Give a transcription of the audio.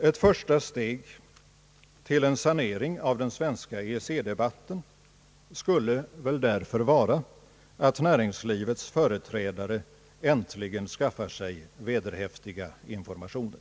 Ett första steg till en sanering av den svenska EEC-debatten skulle därför vara att näringslivets företrädare äntligen skaffar sig vederhäftiga informationer.